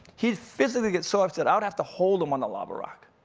he'd physically get so upset, i would have to hold him on the lava rock,